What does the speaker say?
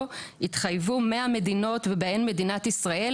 התחייבו מאה מדינות ובהן מדינת ישראל,